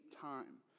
time